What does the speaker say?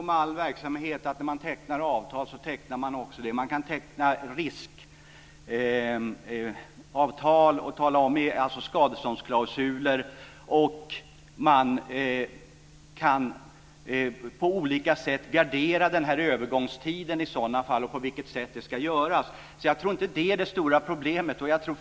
Fru talman! Det är väl så med all verksamhet att man tecknar avtal. Man kan teckna riskavtal med skadeståndsklausuler och på olika sätt gardera sig inför den här övergångstiden. Jag tror inte att det är det stora problemet.